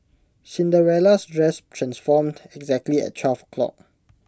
Cinderella's dress transformed exactly at twelve o' clock